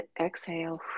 exhale